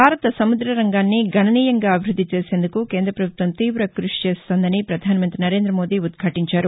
భారత సముద్ద రంగాన్ని గణనీయంగా అభివ్బద్దిచేసేందుకు కేంద ప్రభుత్వం తీవ క్బషిచేస్తోందని ప్రపధానమంగ్రి నరేంద్రమోదీ ఉద్భాటించారు